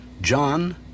John